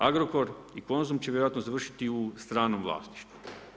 Agrokor i Konzum će vjerojatno završiti u stranom vlasništvu.